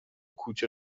کوچه